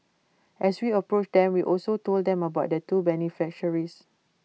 as we approached them we also told them about the two beneficiaries